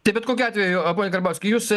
tai bet kokiu atveju karbauskį jūs